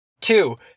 Two